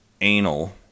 anal